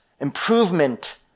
improvement